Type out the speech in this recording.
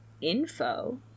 info